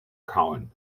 kauen